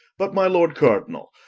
but my lord cardinall,